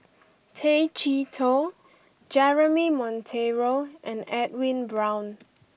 Tay Chee Toh Jeremy Monteiro and Edwin Brown